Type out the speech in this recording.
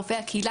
רופאי הקהילה,